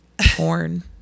porn